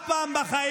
אף פעם בחיים,